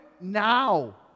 now